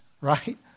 right